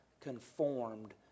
conformed